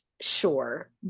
sure